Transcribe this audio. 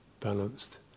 balanced